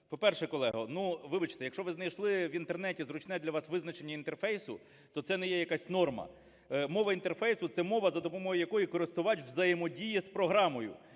По-перше, колего, ну, вибачте, якщо ви знайшли в Інтернеті зручне для вас визначення інтерфейсу, то це не є якась норма. Мова інтерфейсу – це мова, за допомогою якої користувач взаємодіє з програмою.